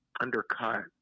undercut